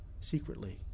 Secretly